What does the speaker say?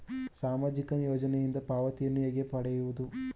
ಸಾಮಾಜಿಕ ಯೋಜನೆಯಿಂದ ಪಾವತಿಯನ್ನು ಹೇಗೆ ಪಡೆಯುವುದು?